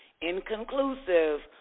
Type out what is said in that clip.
inconclusive